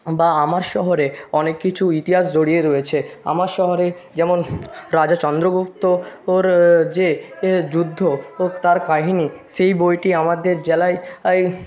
বা আমার শহরে অনেক কিছু ইতিহাস জড়িয়ে রয়েছে আমার শহরে যেমন রাজা চন্দ্রগুপ্ত ওর যে এ যুদ্ধ ও তার কাহিনি সেই বইটি আমাদের জেলায়